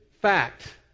fact